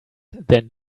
than